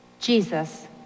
Jesus